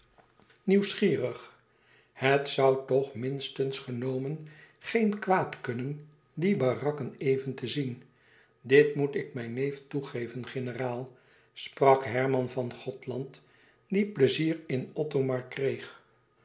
nieuwsgierig het zoû toch minstens genomen geen kwaad kunnen die barakken even te zien dit moet ik mijn neef toegeven generaal sprak herman van gothland die pleizier in othomar kreeg